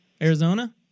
Arizona